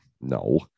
no